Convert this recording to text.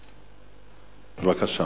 בבקשה.